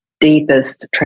deepest